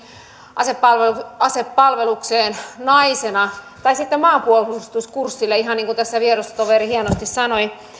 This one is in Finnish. asepalvelukseen asepalvelukseen naisena tai sitten maanpuolustuskurssille ihan niin kuin tässä vierustoveri hienosti sanoi